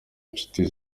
nshuti